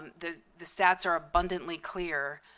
the the stats are abundantly clear